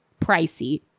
pricey